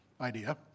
idea